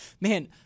Man